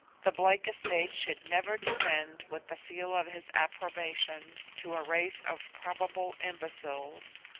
the blake estate should never descend with the seal of his approbation to a race of probable imbeciles.